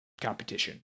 competition